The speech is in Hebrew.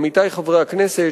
עמיתי חברי הכנסת,